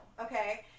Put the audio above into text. okay